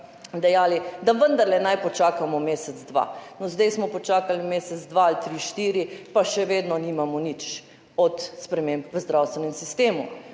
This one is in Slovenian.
da vendarle naj počakamo mesec, dva. No, zdaj smo počakali mesec, dva ali tri, štiri, pa še vedno nimamo nič od sprememb v zdravstvenem sistemu.